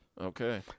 Okay